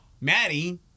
Maddie